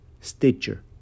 Stitcher